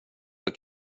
för